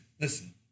Listen